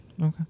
Okay